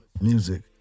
music